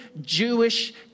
Jewish